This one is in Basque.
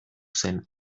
zen